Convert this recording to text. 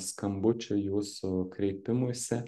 skambučiu jūsų kreipimuisi